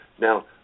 Now